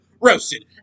Roasted